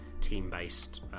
team-based